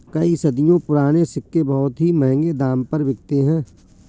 कई सदियों पुराने सिक्के बहुत ही महंगे दाम पर बिकते है